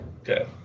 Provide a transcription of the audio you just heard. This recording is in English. Okay